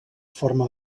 forma